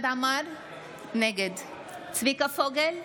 משה אבוטבול,